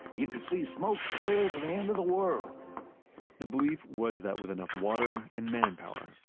you could see smoke clear to the end of the world the belief was that with enough water and manpower,